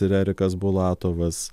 ir erikas bulatovas